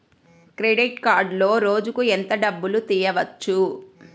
Credit కార్డులో రోజుకు ఎంత డబ్బులు తీయవచ్చు?